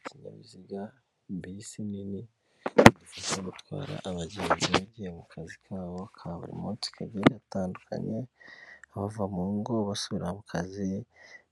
Ikinyabiziga bisi nini, idufasha gutwara abagenzi bagiye mu kazi kabo ka buri munsi, kagiye gatandukanye. Bava mu ngo basubirara mu kazi ,